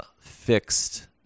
fixed